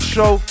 Show